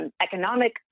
economic